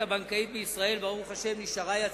המסתייגים אשר נשמעו